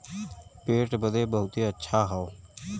पेट बदे बहुते अच्छा हौ